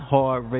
Hard